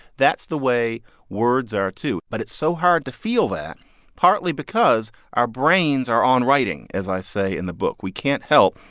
that's the way words are, too. but it's so hard to feel that partly because our brains are on writing, as i say in the book. we can't help,